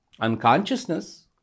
Unconsciousness